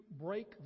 break